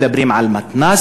מדברים על מתנ"סים,